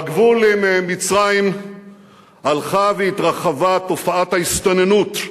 בגבול עם מצרים הלכה והתרחבה תופעת ההסתננות.